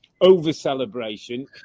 over-celebration